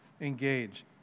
engage